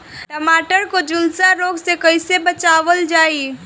टमाटर को जुलसा रोग से कैसे बचाइल जाइ?